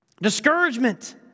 discouragement